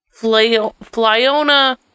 Flyona